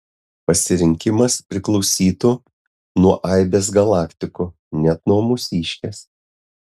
pasirinkimas priklausytų nuo aibės galaktikų net nuo mūsiškės